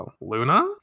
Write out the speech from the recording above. Luna